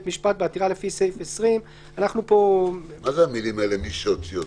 משפט בעתירה לפי סעיף 20. מה זה המילים "מי שהוציא אותו"?